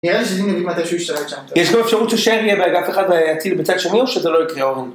נראה לי שזה נגיד מתישהו ֿ- יש פה אפשרות ששר יהיה באגף אחד והציר בצד שני או שזה לא יקרה אורן?